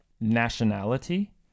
nationality